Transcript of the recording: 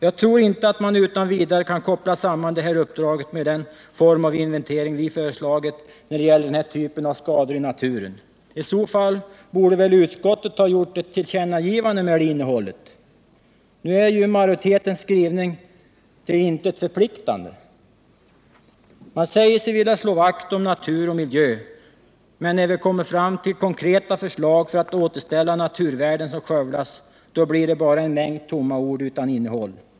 Jag tror inte att man utan vidare kan koppla samman det här uppdraget med den form av inventering vi föreslagit när det gäller den här typen av skador i naturen. I så fall borde väl utskottet ha gjort ett tillkännagivande med det innehållet. Nu är majoritetens skrivning till intet förpliktande. Man säger sig vilja slå vakt om natur och miljö, men när det kommer till konkreta förslag för att återställa naturvärden som skövlats blir det bara en mängd tomma ord utan innehåll.